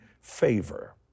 favor